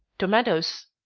tomatoes.